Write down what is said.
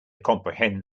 comprehend